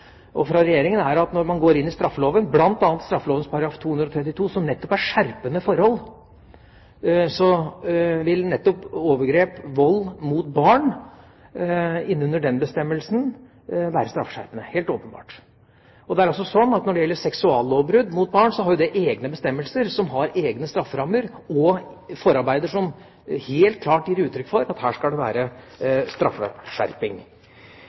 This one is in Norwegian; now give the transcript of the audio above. er at når man går inn i straffeloven, bl.a. straffeloven § 232, som nettopp gjelder skjerpende forhold, vil overgrep og vold mot barn være straffeskjerpende under den bestemmelsen – helt åpenbart. Det er også sånn at seksuallovbrudd mot barn har egne bestemmelser som har egne strafferammer og forarbeider som helt klart gir uttrykk for at her skal det være straffeskjerping.